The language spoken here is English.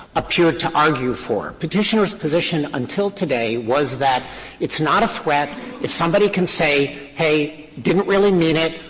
appeared to argue for. petitioner's position until today was that it's not a threat if somebody can say, hey, didn't really mean it,